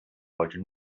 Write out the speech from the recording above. wollte